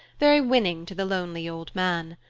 very winning to the lonely old man.